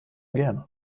gerne